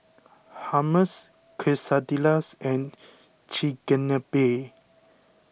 Hummus Quesadillas and Chigenabe